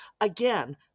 again